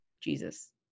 Jesus